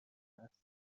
است